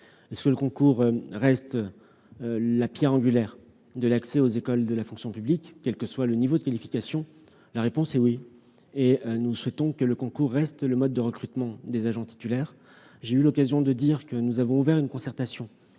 Assassi, le concours restera la pierre angulaire de l'accès aux écoles de la fonction publique, quel que soit le niveau de qualification. Nous souhaitons que le concours reste le mode de recrutement des agents titulaires. J'ai déjà eu l'occasion de dire que nous avons ouvert une concertation